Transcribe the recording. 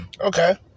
Okay